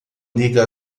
liga